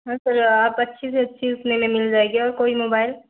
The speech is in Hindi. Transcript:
हाँ सर आप अच्छी से अच्छी उतने में मिल जाएगी और कोई मोबाइल